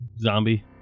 zombie